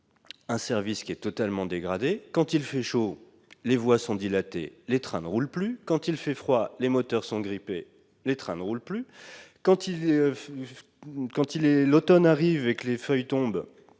le service totalement dégradé : quand il fait chaud, les voies sont dilatées et les trains ne roulent plus ; quand il fait froid, les moteurs sont grippés et les trains ne roulent plus ; et quand l'automne arrive et que les feuilles tombent,